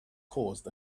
caused